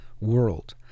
world